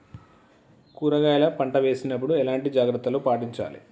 కూరగాయల పంట వేసినప్పుడు ఎలాంటి జాగ్రత్తలు పాటించాలి?